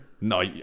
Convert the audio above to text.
No